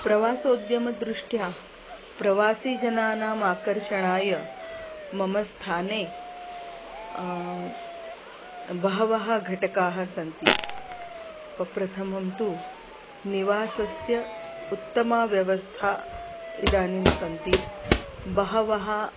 प्रवासोद्यमदृष्ट्या प्रवासीजनानाम् आकर्षणाय मम स्थाने बहवः घटकाः सन्ति प्रप्रथमं तु निवासस्य उत्तमा व्यवस्था इदानीं सन्ति बहवः